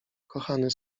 kochany